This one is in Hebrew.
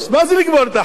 מה זה לגמור את החודש.